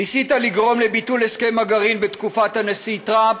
ניסית לגרום לביטול הסכם הגרעין בתקופת הנשיא טרמפ,